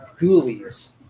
Ghoulies